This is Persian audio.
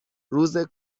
روز